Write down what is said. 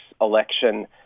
election